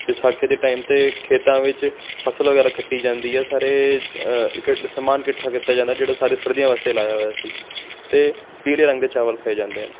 ਵਿਸਾਖੀ ਦੇ ਟਾਈਮ 'ਤੇ ਖੇਤਾਂ ਵਿੱਚ ਫਸਲ ਵਗੈਰਾ ਕੱਟੀ ਜਾਂਦੀ ਹੈ ਸਾਰੇ ਇਕੱ ਸਮਾਨ ਇਕੱਠਾ ਕੀਤਾ ਜਾਂਦਾ ਜਿਹੜਾ ਸਾਰੇ ਸਰਦੀਆਂ ਵਾਸਤੇ ਲਾਇਆ ਹੋਇਆ ਸੀ ਅਤੇ ਪੀਲੇ ਰੰਗ ਦੇ ਚਾਵਲ ਖਾਏ ਜਾਂਦੇ ਹਨ